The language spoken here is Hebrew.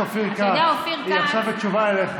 חבר הכנסת אופיר כץ, היא עכשיו בתשובה אליך.